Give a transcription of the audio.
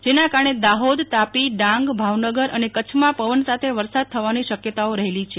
જેના કારણે દાહોદ તાપી ડાંગ ભાવનગર અને કચ્છમાં પવન સાથે વરસાદ થવાની પણ શક્યતાઓ રહેલી છે